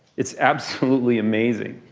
it's absolutely amazing.